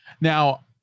Now